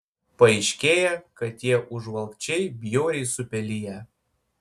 paaiškėja kad tie užvalkčiai bjauriai supeliję